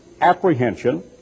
apprehension